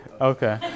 okay